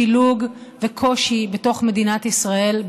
פילוג וקושי בתוך מדינת ישראל,